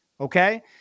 Okay